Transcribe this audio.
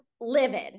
livid